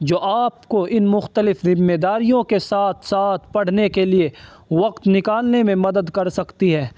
جو آپ کو ان مختلف ذمے داریوں کے ساتھ ساتھ پڑھنے کے لیے وقت نکالنے میں مدد کر سکتی ہیں